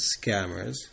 scammers